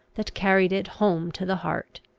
that carried it home to the heart,